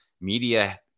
media